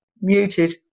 muted